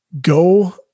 Go